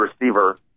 receiver